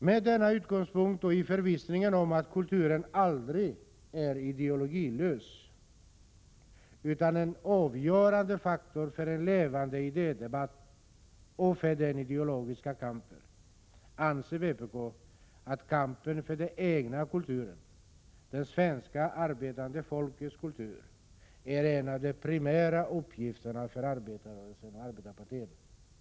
Med denna utgångspunkt och i förvissningen om att kulturen aldrig är ideologilös utan en avgörande faktor för en levande idédebatt och för den ideologiska kampen, anser vpk att kampen för den egna kulturen, det svenska arbetande folkets kultur, är en av de primära uppgifterna för Prot. 1986/87:100 arbetarrörelsen och arbetarpartierna.